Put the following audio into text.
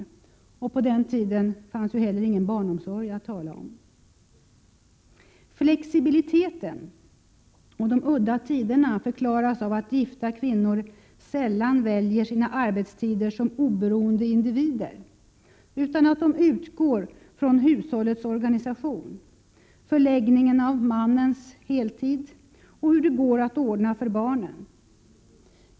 På den tiden fanns ju inte heller någon barnomsorg att tala om. Flexibiliteten och de udda tiderna förklaras av att gifta kvinnor sällan väljer sina arbetstider som oberoende individer, utan de utgår från hushållets organisation, förläggningen av mannens heltid och hur det går att ordna för barnen.